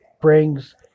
brings